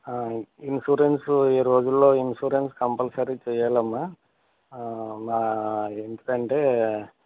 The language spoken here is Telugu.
ఇన్సూరెన్స్ ఈ రోజుల్లో ఇన్సూరెన్స్ కంపల్సరీ చెయ్యాలమ్మ మా ఎందుకంటే